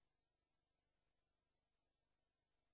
חתימות